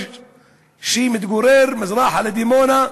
שמתגורר מזרחית לדימונה,